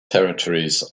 territories